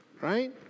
right